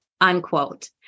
Unquote